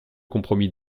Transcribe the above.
compromis